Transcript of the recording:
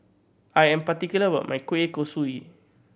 I am particular about my kueh kosui